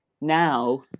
Now